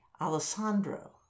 Alessandro